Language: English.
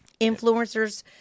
influencers